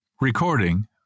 Recording